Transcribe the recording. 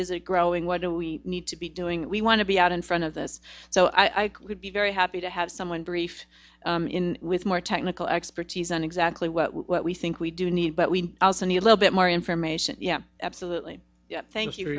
is a growing what do we need to be doing we want to be out in front of this so i would be very happy to have someone briefed in with more technical expertise on exactly what we think we do need but we also need a little bit more information yeah absolutely thank you